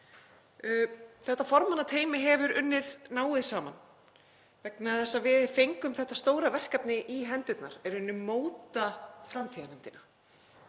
Þetta formannateymi hefur unnið náið saman vegna þess að við fengum það stóra verkefni í hendurnar að móta í rauninni framtíðarnefndina.